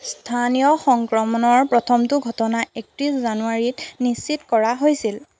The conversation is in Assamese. স্থানীয় সংক্ৰমণৰ প্ৰথমটো ঘটনা একত্ৰিছ জানুৱাৰীত নিশ্চিত কৰা হৈছিল